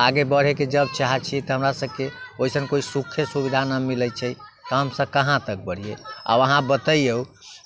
आगे बढ़ेके जब चाहै छियै तब हमरा सबके ओइसन कोनो सुखे सुविधा नहि मिलै छै तऽ हमसब कहाँ तक बढ़ियै आब आहाँ बतैयो